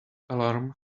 alarm